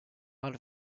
lot